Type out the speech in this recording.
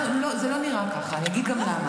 זה לא נראה ככה, אגיד גם למה.